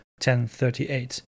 1038